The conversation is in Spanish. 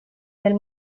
del